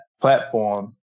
platform